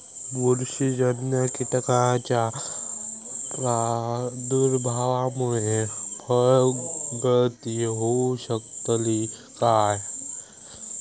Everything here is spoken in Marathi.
बुरशीजन्य कीटकाच्या प्रादुर्भावामूळे फळगळती होऊ शकतली काय?